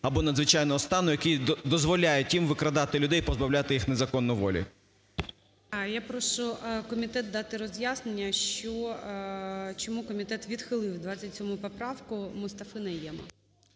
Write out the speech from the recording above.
або надзвичайного стану, який дозволяє тим викрадати людей, позбавляти їх незаконно волі. ГОЛОВУЮЧИЙ. Я прошу комітет дати роз'яснення, що… чому комітет відхилив 27 поправку Мустафи Найєма.